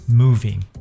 moving